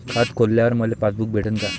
खातं खोलल्यावर मले पासबुक भेटन का?